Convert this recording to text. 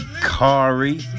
Kari